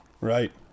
Right